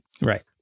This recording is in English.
Right